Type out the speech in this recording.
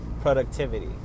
productivity